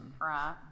Right